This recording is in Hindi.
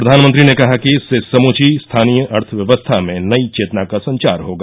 प्रघानमंत्री ने कहा कि इससे समूची स्थानीय अर्थव्यवस्था में नई चेतना का संचार होगा